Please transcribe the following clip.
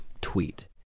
tweet